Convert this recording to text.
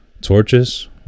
Torches